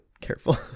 careful